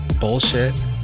bullshit